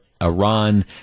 Iran